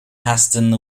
hasten